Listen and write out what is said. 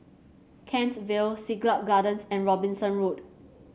Kent Vale Siglap Gardens and Robinson Road